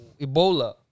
ebola